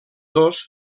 dos